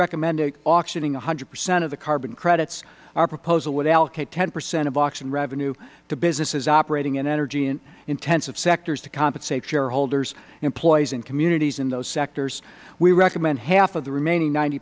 recommend auctioning one hundred percent of the carbon credits our proposal would allocate ten percent of auction revenue to businesses operating in energy intensive sectors to compensate shareholders employees and communities in those sectors we recommend half of the remaining ninety